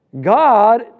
God